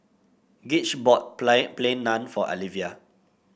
Gage bought play Plain Naan for Alyvia